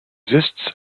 exists